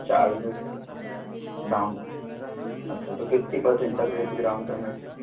charge down अच्छा कितनी percent तक रहती डाउन पेमेंट